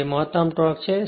જે મહત્તમ ટોર્ક છે